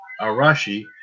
Arashi